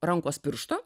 rankos piršto